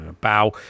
Bow